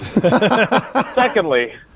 Secondly